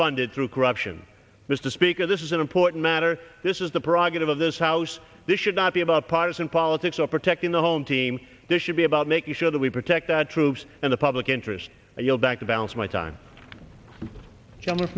funded through corruption mr speaker this is an important matter this is the prerogative of this house this should not be about partisan politics or protecting the home team this should be about making sure that we protect our troops and the public interest and you'll back to balance my time